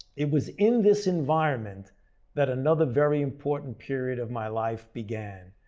it was in this environment that another very important period of my life began.